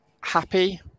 Happy